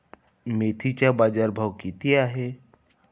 मेथीचा बाजारभाव किती आहे?